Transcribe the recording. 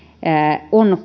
on